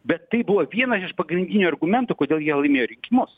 bet tai buvo viensa iš pagrindinių argumentų kodėl jie laimėjo rinkimus